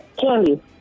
Candy